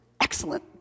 excellent